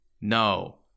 no